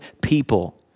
people